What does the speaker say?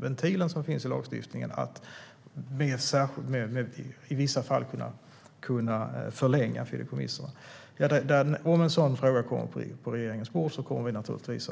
Ventilen i lagstiftningen finns där för att man i vissa fall ska kunna förlänga fideikommiss, och om en sådan fråga kommer på regeringens bord kommer vi naturligtvis